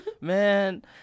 Man